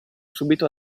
subito